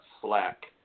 slack